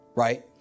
Right